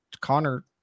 Connor